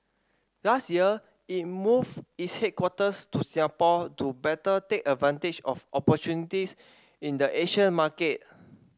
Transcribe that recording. last year it moved its headquarters to Singapore to better take advantage of opportunities in the Asian market